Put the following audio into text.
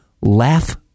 laugh